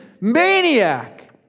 maniac